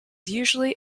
usually